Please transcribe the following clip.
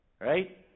Right